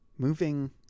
moving